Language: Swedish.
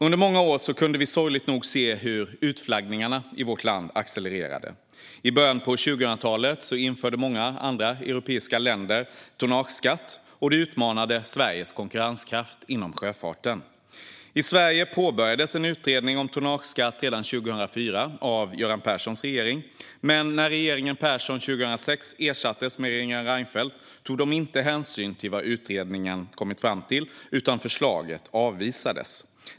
Under många år kunde vi sorgligt nog se hur utflaggningarna i vårt land accelererade. I början av 2000-talet införde många andra europeiska länder tonnageskatt, och det utmanade Sveriges konkurrenskraft inom sjöfarten. I Sverige påbörjades en utredning om tonnageskatt redan 2004 av Göran Perssons regering. När regeringen Persson 2006 ersattes med regeringen Reinfeldt togs dock inte hänsyn till vad utredningen kommit fram till, utan förslaget avvisades.